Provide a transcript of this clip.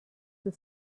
the